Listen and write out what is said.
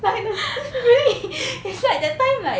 ya really it's like that time like